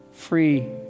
free